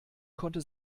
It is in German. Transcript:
konnte